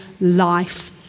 life